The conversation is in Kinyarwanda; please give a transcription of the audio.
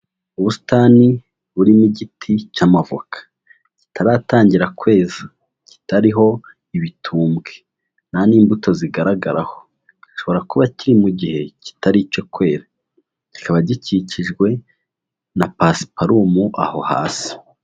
Ubusitani burimo igiti cy'amavoka, kitaratangira kweza kitariho ibitumbwe, nta n'imbuto zigaragaraho, gishobora kuba kiri mu gihe kitari icyo kwera, kikaba gikikijwe na pasiparumu aho hasi.